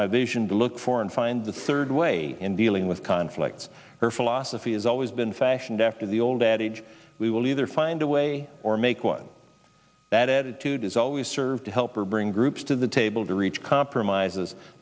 my vision to look for and find the third way in dealing with conflict our philosophy has always been fashioned after the old adage we will either find a way or make one that attitude has always served to help or bring groups to the table to reach compromises